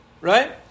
Right